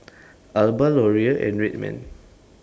Alba Laurier and Red Man